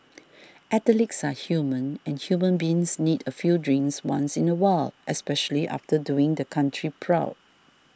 athletes are human and human beings need a few drinks once in a while especially after doing the country proud